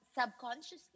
subconsciously